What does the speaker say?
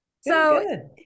So-